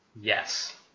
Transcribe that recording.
Yes